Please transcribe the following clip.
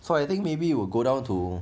so I think maybe it will go down to